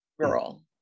girl